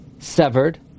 Severed